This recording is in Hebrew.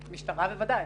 בוודאי.